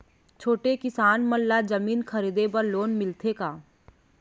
छोटे किसान मन ला जमीन खरीदे बर लोन मिलथे का?